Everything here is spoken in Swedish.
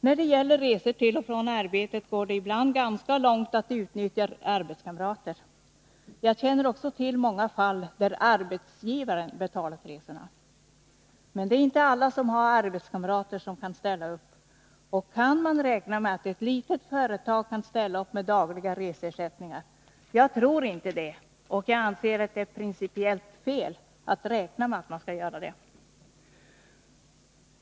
När det gäller resor till och från arbetet går det ibland ganska långt att utnyttja arbetskamrater. Jag känner också till många fall där arbetsgivaren betalat resorna. Men alla har inte arbetskamrater som kan ställa upp. Och kan man räkna med att ett litet företag kan ställa upp med dagliga reseersättningar? Jag tror inte det, och jag anser att det är principiellt fel att räkna med att företagen skall göra det.